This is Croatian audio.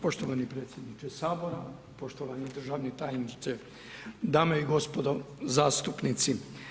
Poštovani predsjedniče Sabora, poštovani državni tajniče, dame i gospodo zastupnici.